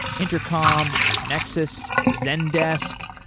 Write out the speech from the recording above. intercom, appnexus, zendesk,